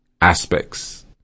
aspects